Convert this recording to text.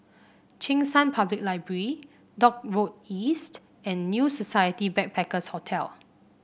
Cheng San Public Library Dock Road East and New Society Backpackers' Hotel